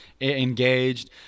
engaged